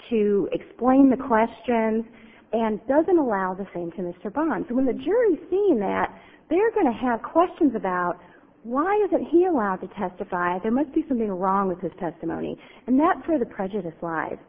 to explain the questions and doesn't allow the same to mr bunce when the jury seeing that they're going to have questions about why isn't he allowed to testify there must be something wrong with his testimony and that for the prejudice live